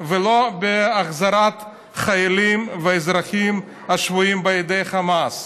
ולא החזרת החיילים והאזרחים השבויים בידי חמאס.